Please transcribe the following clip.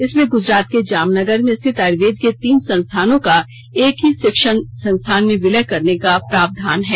इसमें गुजरात के जामनगर में स्थित आयुर्येद के तीन संस्थानों का एक ही संस्थान में विलय करने का भी प्रावधान है